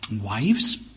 wives